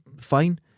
fine